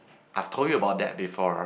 I told you about that before